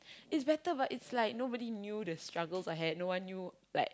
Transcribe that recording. it's better but it's like nobody knew the struggles I had no one knew like